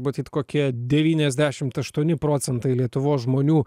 matyt kokie devyniasdešimt aštuoni procentai lietuvos žmonių